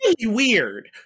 weird